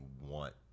want